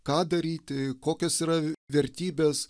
ką daryti kokios yra vertybės